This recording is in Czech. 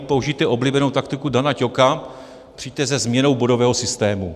Použijte oblíbenou taktiku Dana Ťoka přijďte se změnou bodového systému.